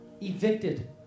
evicted